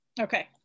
Okay